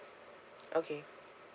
okay